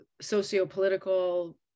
socio-political